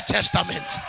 Testament